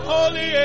Holy